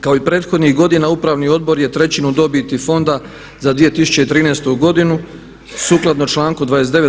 Kao i prethodnih godina Upravni odbor je trećinu dobiti Fonda za 2013. godinu sukladno članku 29.